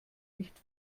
nicht